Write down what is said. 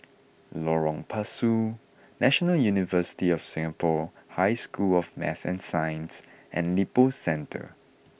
Lorong Pasu National University of Singapore High School of Math and Science and Lippo Centre